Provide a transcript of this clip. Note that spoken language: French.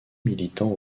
militant